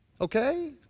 Okay